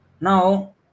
now